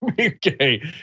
okay